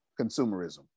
consumerism